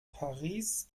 paris